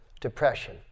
depression